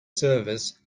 service